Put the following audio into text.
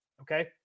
okay